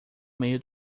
meio